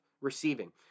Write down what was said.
receiving